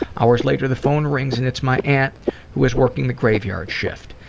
hours later the phone rings. and it's my aunt who is working the graveyard shift.